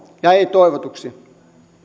ja ei toivotuksi